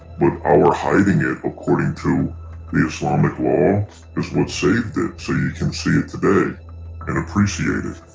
but our hiding it according to the islamic law is what saved it so you can see it today and appreciate it.